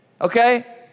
okay